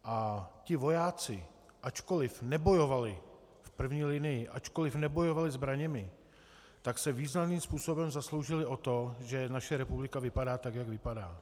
A ti vojáci, ačkoli nebojovali v první linii, ačkoli nebojovali zbraněmi, tak se významným způsobem zasloužili o to, že naše republika vypadá, tak jak vypadá.